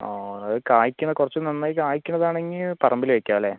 ആ അത് കായ്ക്കണത് കുറച്ച് നന്നായി കായ്ക്കണത് ആണെങ്കിൽ പറമ്പിൽ വെക്കാം അല്ലെ